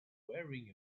wearing